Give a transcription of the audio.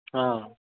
ହଁ